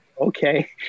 okay